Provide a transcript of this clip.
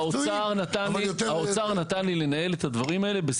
האוצר נתן לי לנהל את הדברים האלה בסיכום תקציבי.